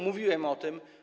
Mówiłem o tym.